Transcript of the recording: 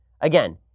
Again